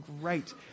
great